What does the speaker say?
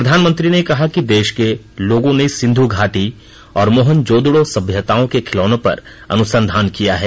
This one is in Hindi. प्रधानमंत्री ने कहा कि देश के लोगों ने सिंध् घाटी और मोहनजोदड़ो सभ्यताओं के खिलौनों पर अनुसंधान किया है